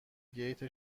گیت